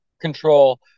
control